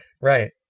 right